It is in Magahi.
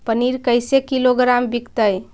पनिर कैसे किलोग्राम विकतै?